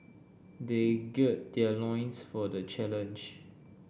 they gird their loins for the challenge